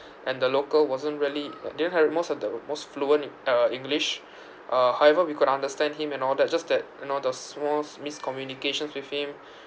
and the local wasn't really uh didn't have most of the most fluent in uh english uh however we could understand him and all that just that you know the smalls miss communications with him